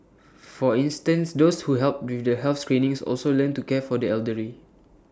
for instance those who helped with the health screenings also learnt to care for the elderly